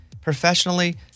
professionally